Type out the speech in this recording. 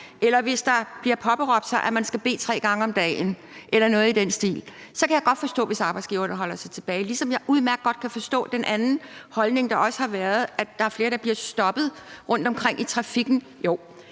eller hvis nogen påberåber sig, at man skal bede tre gange om dagen, eller noget i den stil, så kan godt forstå det, hvis arbejdsgiverne holder sig tilbage, ligesom jeg udmærket godt kan forstå den anden holdning, der også har været, nemlig i forhold til at der er flere, der bliver stoppet rundtomkring i trafikken. Men